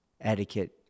etiquette